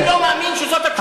אני לא מאמין שזאת התשובה,